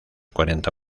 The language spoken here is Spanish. cuarenta